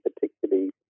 particularly